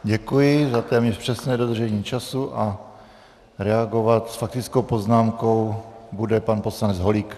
Děkuji za téměř přesné dodržení času a reagovat s faktickou poznámkou bude pan poslanec Holík.